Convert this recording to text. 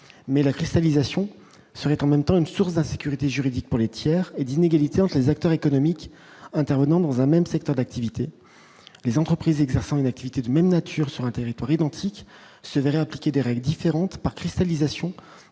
mais la cristallisation serait en même temps une source d'insécurité juridique pour les tiers et d'inégalités entre les acteurs économiques intervenant dans un même secteur d'activité, les entreprises exerçant une activité de même nature sur un territoire identiques se verraient appliquer des règles différentes par cristallisation